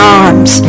arms